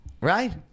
right